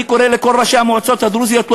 אני קורא לכל ראשי המועצות הדרוזיות לא